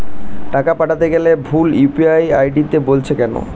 টাকা পাঠাতে গেলে ভুল ইউ.পি.আই আই.ডি বলছে কেনো?